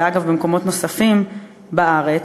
ואגב במקומות נוספים בארץ,